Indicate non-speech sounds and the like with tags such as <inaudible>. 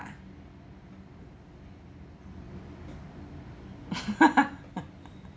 <laughs>